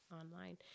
online